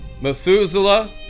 Methuselah